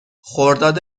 خرداد